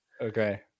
okay